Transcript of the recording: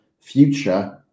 future